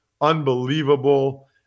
Unbelievable